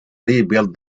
rebuild